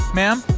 ma'am